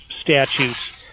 statutes